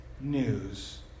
news